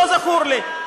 לא זכור לי.